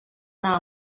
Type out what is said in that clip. una